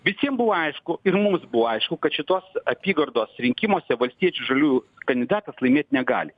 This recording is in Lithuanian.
visiem buvo aišku ir mums buvo aišku kad šitos apygardos rinkimuose valstiečių žaliųjų kandidatas laimėt negali